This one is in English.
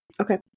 Okay